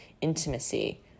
intimacy